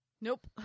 nope